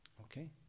Okay